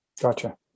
Gotcha